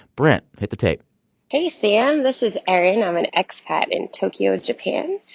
brent, hit the tape hey, sam. this is erin. i'm an expat in tokyo, japan.